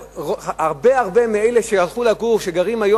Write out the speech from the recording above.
הרבה הרבה מאלה שהלכו לגור וגרים היום